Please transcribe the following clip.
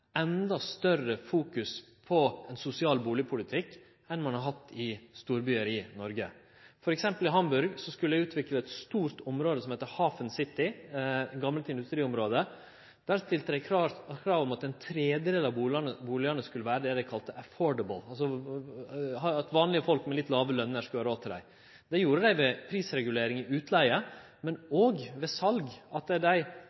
større fokus på ein sosial bustadpolitikk enn ein har hatt i storbyar i Noreg. For eksempel i Hamburg skulle dei utvikle eit stort område som heitte HafenCity, eit gamalt industriområde. Der stilte dei klare krav om at ein tredel av bustadene skulle vere det dei kalte «affordable», altså det at vanlege folk med litt låge løner skulle ha råd til dei. Det gjorde dei ved prisregulering ved utleige, men òg ved sal. Dei